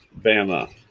Bama